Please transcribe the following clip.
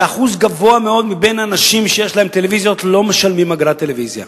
אחוז גבוה מאוד מבין האנשים שיש להם טלוויזיות לא משלמים אגרת טלוויזיה.